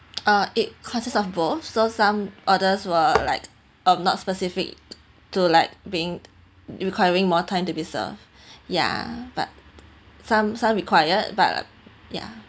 uh it consists of both so some orders were like um not specific to like being requiring more time to be served ya but some some required but ya